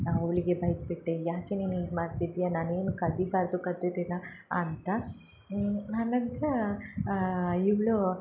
ನಾನು ಅವಳಿಗೆ ಬೈದ್ಬಿಟ್ಟೆ ಯಾಕೆ ನೀನು ಈಗ ಮಾಡ್ತಿದ್ಯಾ ನಾನೇನು ಕದಿಬಾರ್ದು ಕದ್ದಿದ್ದನ್ನ ಅಂತ ಆನಂತರ ಇವಳು